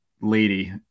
lady